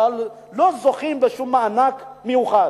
שלא זוכות בשום מענק מיוחד,